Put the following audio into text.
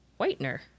whitener